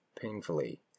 painfully